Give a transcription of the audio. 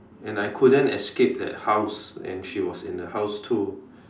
and I couldn't escape that house and she was in the house too